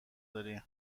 داری